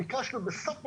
כשאמרה האם השכולה,